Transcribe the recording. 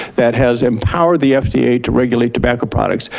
that has empowered the fda to regulate tobacco products,